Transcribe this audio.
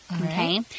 Okay